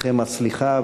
אתכם הסליחה,